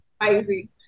Crazy